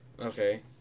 Okay